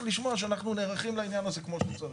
לשמוע שאנחנו נערכים לעניין הזה כמו שצריך.